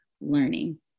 learning